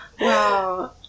Wow